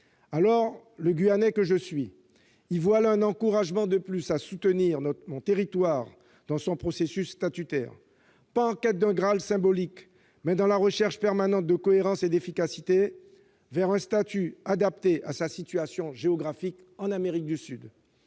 Le Guyanais que je suis voit là un encouragement de plus à soutenir mon territoire dans son processus statutaire, non pas en quête d'un Graal symbolique, mais dans la recherche permanente de cohérence et d'efficacité, vers un statut adapté à sa situation géographique, en Amérique du Sud.